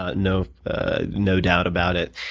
ah no ah no doubt about it.